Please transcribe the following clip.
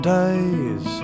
days